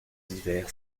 hivers